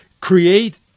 create